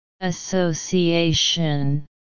Association